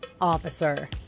officer